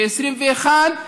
ו-2021,